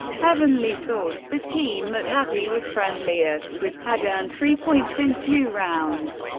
heavenly swords, the team that happy was friendliest with, had earned three points in two rounds.